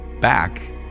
back